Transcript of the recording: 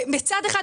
מצד אחד,